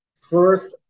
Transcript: first